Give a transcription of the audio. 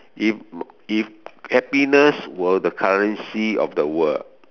if if happiness were the currency of the world